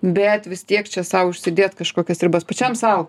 bet vis tiek čia sau užsidėt kažkokias ribas pačiam sau